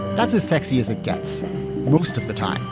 that's as sexy as it gets most of the time